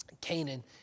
Canaan